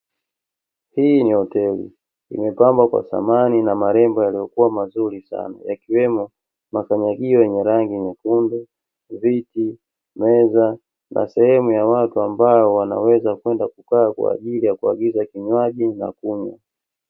Hii ni hoteli, imepambwa kwa samani na marembo yaliyokuwa mazuri sana yakiwemo: makanyagio yenye rangi nyekundu, viti, meza, na sehemu ya watu ambao wanaweza kwenda kukaa, kwa ajili ya kuagiza kinywaji na kunywa.